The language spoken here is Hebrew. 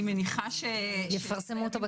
אני מניחה שיפרסמו,